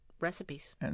recipes